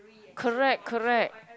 correct correct